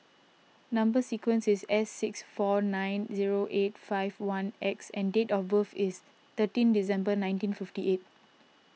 Number Sequence is S six four nine zero eight five one X and date of birth is thirteen December nineteen fifty eight